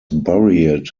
buried